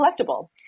collectible